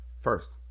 first